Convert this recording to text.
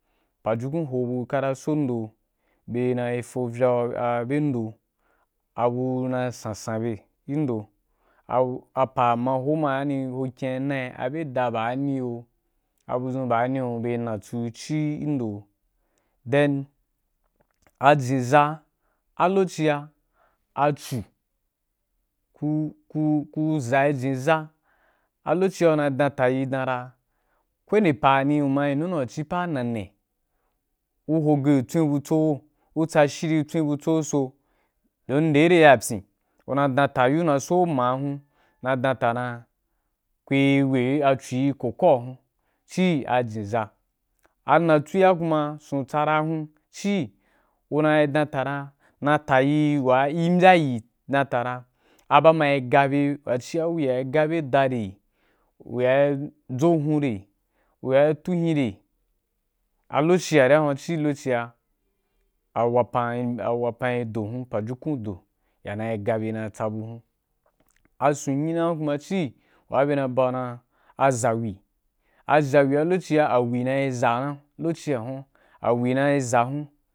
Pajukum hobu kata son ndo bye ri na fo vya ‘u abye ndo abu na’i san san bye toh, apa ma ho ma ni ku ho kīn ya na’i a bye da bani gi yo abu zun ba ní ri yo bye ri na awu c’iu indo, then a jenza’a a lokoci’a a cu ku ku ku zayi zen za a lokoci’a ku na yi dan tayi dan ra kowani a pa wani u ma yi nu u ma cí apa wa na ne, u ho ge tswin butso u, u tsa shiri tswin butso u so, don do da ga gi re ya pyin ku na dan tayi so ma hun na dan ta dan kuyi weiwei, a cu ri ko ko wa hun, ci a zenza. A natsurí a kuma sun tsara hun ci gu nadan tara na ta yi wa imbya yi dan tara abama yi da bi wa ci ya bye da bye da ri wa’i dʒo vu re wa ri tu hin rea lokoci wa in wa huan ci lokoci wa a wapan i, a wapan rî do hun, a pajukun ri do ya na da bi na tsa bu hun. Asun ayi na kuma cî wa bye na yi ba’u dan a zawi, a zauri a a lokoci’a a wi na yi za’a lokoci’a aiwi na yi za hun.